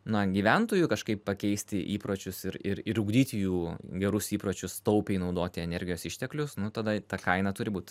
na gyventojų kažkaip pakeisti įpročius ir ir ir ugdyti jų gerus įpročius taupiai naudoti energijos išteklius nu tada ta kaina turi būt